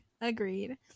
Agreed